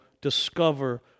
discover